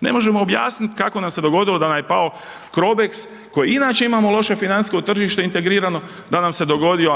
Ne možemo objasniti kako nam se dogodilo da nam je pao Crobex koji inače imamo loše financijsko tržište integrirano, da nam se dogodio,